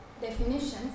definitions